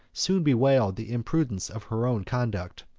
soon bewailed the imprudence of her own conduct.